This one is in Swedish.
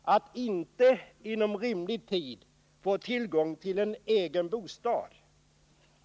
Att inte inom rimlig tid få tillgång till en egen bostad.